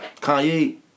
Kanye